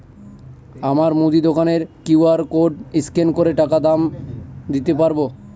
আমার মুদি দোকানের কিউ.আর কোড স্ক্যান করে টাকা দাম দিতে পারব?